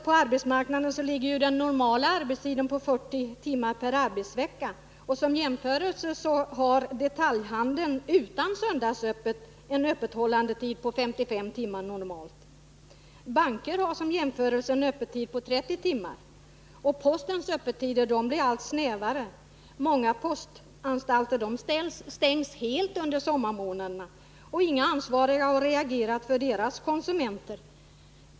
På arbetsmarknaden ligger den normala arbetstiden på 40 timmar per arbetsvecka. Som jämförelse har detaljhandeln utan söndagsöppet en öppethållandetid på 55 timmar. Bankerna har i jämförelse med detta öppet endast 30 timmar, och postens öppettider blir allt snävare. Många postanstalter stängs helt under sommarmånaderna, och inga ansvariga har reagerat med tanke på deras konsumenter.